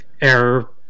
error